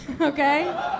okay